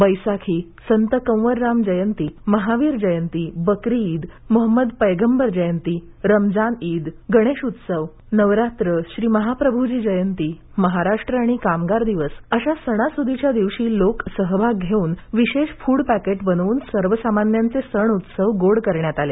बैसाखी संत कंवरराम जयंती महावीर जयंती बकरी ईद मोहंमद पैगंबर जयंती रमजान ईद गणेश उत्सव नवरात्र श्री महाप्रभूजी जयंती महाराष्ट्र आणि कामगार दिवस अशा सणासुदीच्या दिवशी लोकसहभाग घेऊन विशेष फुड पॅकेट बनवून सर्वसामान्यांचे सण उत्सव गोड करण्यात आले